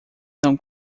são